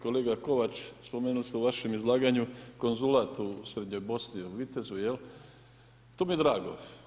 Kolega KOvač, spomenuli ste u vašem izlaganju konzulat u srednjoj Bosni u Vitezu jel, to mi je drago.